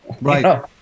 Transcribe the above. Right